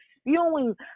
spewing